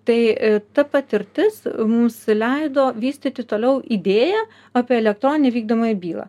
tai ta patirtis mums leido vystyti toliau idėją apie elektroninę vykdomąją bylą